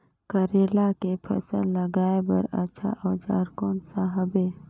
करेला के फसल उगाई बार अच्छा औजार कोन सा हवे?